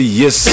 yes